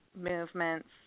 movements